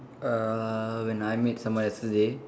uh when I made someone else's day